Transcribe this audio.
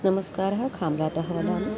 नमस्कारः खाम्रातः वदामि